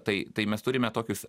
tai tai mes turime tokius